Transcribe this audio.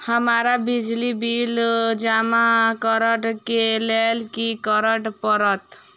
हमरा बिजली बिल जमा करऽ केँ लेल की करऽ पड़त?